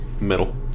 Middle